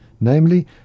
namely